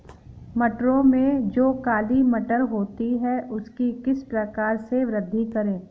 मटरों में जो काली मटर होती है उसकी किस प्रकार से वृद्धि करें?